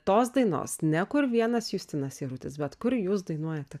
tos dainos ne kur vienas justinas jarutis bet kur jūs dainuojate